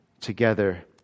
together